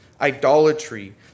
idolatry